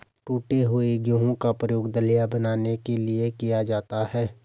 टूटे हुए गेहूं का प्रयोग दलिया बनाने के लिए किया जाता है